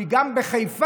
כי גם בחיפה,